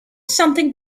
something